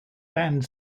banned